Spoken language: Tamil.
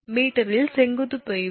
மீட்டரில் செங்குத்து தொய்வு